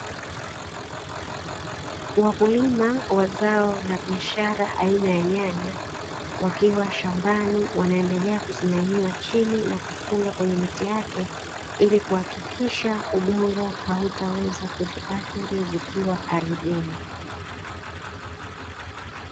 Wakulima wa zao la biashara aina ya nyanya wakiwa shambani wanaendelea kuzinyanyua chini na kufunga kwenye miti yake, ili kuhakikisha udongo hautaweza kuziathiri zikiwa ardhini.